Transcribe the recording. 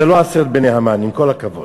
זה לא עשרת בני המן, עם כל הכבוד.